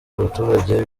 abaturage